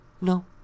No